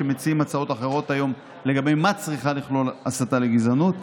שמציעים הצעות אחרות היום לגבי מה צריכה לכלול הסתה לגזענות.